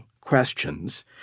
questions